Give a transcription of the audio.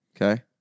Okay